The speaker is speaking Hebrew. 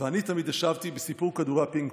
ואני תמיד השבתי בסיפור כדורי הפינג-פונג.